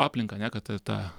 aplinką ne kad ta